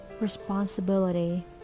responsibility